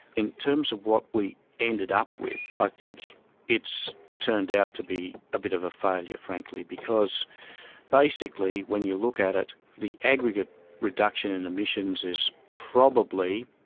in terms of what we ended up with, i think it's turned out to be a bit of a failure frankly, because basically when you look at it, the aggregate reduction in emissions is probably,